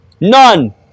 None